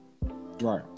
Right